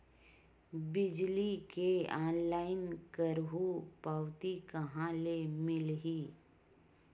बिजली के ऑनलाइन करहु पावती कहां ले मिलही?